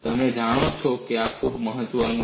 તમે જાણો છો કે આ ખૂબ મહત્વનું છે